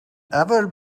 ever